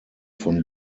von